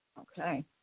Okay